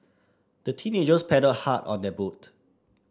the teenagers paddled hard on their boat